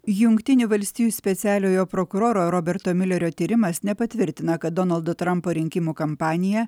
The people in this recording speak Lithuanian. jungtinių valstijų specialiojo prokuroro roberto miulerio tyrimas nepatvirtina kad donaldo trampo rinkimų kampanija